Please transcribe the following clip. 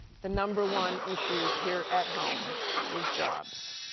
the number one issue here at home is jobs.